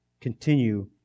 continue